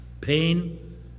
Pain